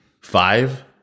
Five